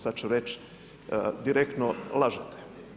Sad ću reći direktno lažete.